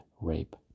rape